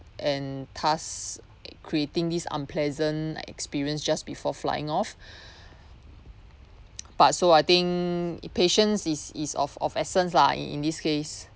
and thus it creating this unpleasant experience just before flying off but so I think patience is is of of essence lah in in this case